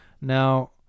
Now